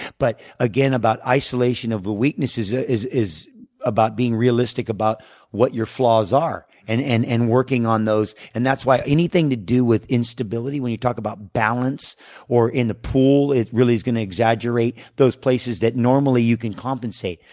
but again, about isolation of the weaknesses, ah is is about being realistic about what your flaws are and and and working on those. and that's why anything to do with instability, when you talk about balance or in the pool, it really is going to exaggerate those places that normally you can compensate.